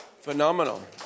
Phenomenal